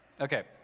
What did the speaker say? Okay